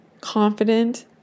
confident